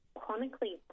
chronically